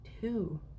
two